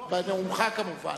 בנאומך כמובן.